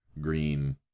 green